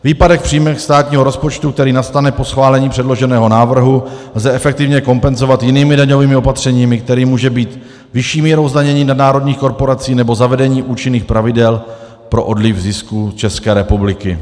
Výpadek v příjmech státního rozpočtu, který nastane po schválení předloženého návrhu, lze efektivně kompenzovat jinými daňovými opatřeními, kterými může být vyšší míra zdanění nadnárodních korporací nebo zavedení účinných pravidel pro odliv zisku z České republiky.